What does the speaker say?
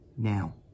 Now